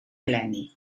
eleni